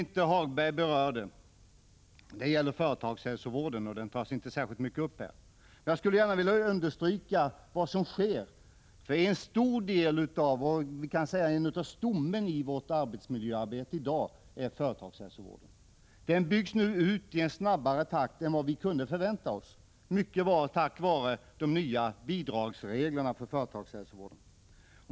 Företagshälsovården berörde inte Lars-Ove Hagberg, och den tas inte upp särskilt mycket här, men jag skulle gärna vilja understryka vad som sker. Företagshälsovården är stommen i vårt arbetsmiljöarbete, och den byggs nu ut i snabbare takt än vad vi kunnat förvänta oss, mycket tack vare de nya bidragsreglerna för företagshälsovård.